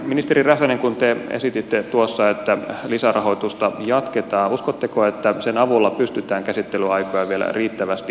ministeri räsänen kun te esititte että lisärahoitusta jatketaan uskotteko että sen avulla pystytään käsittelyaikoja vielä riittävästi lyhentämään